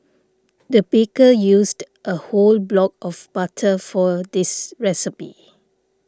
the baker used a whole block of butter for this recipe